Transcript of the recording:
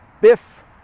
Biff